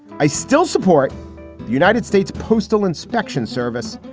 i still support the united states postal inspection service,